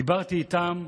דיברתי איתם,